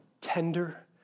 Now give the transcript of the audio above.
tender